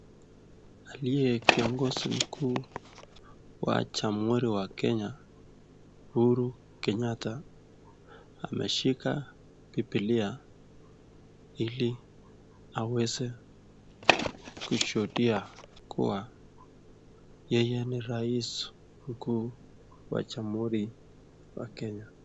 Aliyekiongozi mkuu wa jamhuri ya kenya uhuru Kenyatta ameshika bibilia ili aweze kushuhudia kuwa yeye ni rais huku wa jamhuri ya kenya.